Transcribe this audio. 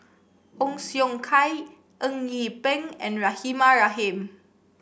Ong Siong Kai Eng Yee Peng and Rahimah Rahim